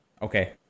Okay